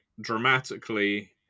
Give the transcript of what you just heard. dramatically